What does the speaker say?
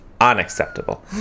unacceptable